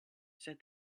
said